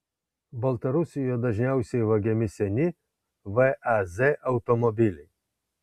baltarusijoje dažniausiai vagiami seni vaz automobiliai